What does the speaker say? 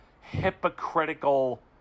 hypocritical